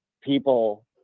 people